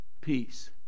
Peace